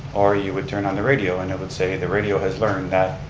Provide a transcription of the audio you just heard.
or you would turn on the radio and it would say the radio has learned that,